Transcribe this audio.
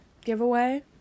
giveaway